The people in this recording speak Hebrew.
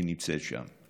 היא נמצאת שם,